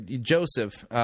Joseph